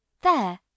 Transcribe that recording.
There